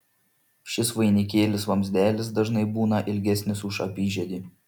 šis vainikėlis vamzdelis dažnai būna ilgesnis už apyžiedį